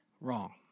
wrong